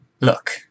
Look